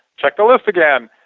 check the list again,